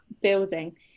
building